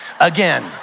Again